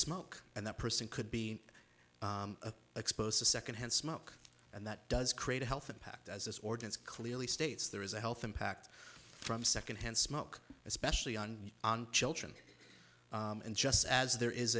smoke and that person could be exposed to secondhand smoke and that does create a health impact as this ordinance clearly states there is a health impact from secondhand smoke especially on on children and just as there is